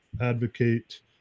advocate